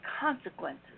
consequences